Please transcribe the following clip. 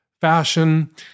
fashion